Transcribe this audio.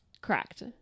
Correct